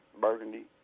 Burgundy